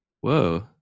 Whoa